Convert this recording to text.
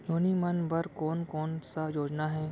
नोनी मन बर कोन कोन स योजना हे?